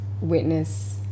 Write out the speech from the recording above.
witness